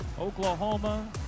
Oklahoma